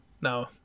No